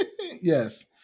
Yes